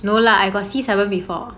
no lah I got see seven before